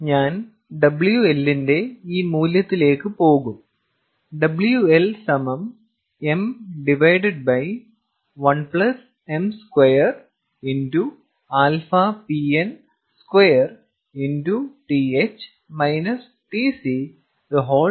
ഞാൻ WL ന്റെ ഈ മൂല്യത്തിലേക്ക് പോകും WLm1m2